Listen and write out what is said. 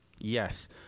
Yes